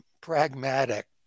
pragmatic